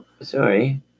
Sorry